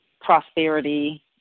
prosperity